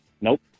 Nope